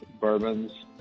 bourbons